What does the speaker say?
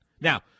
Now